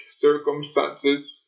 circumstances